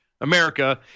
America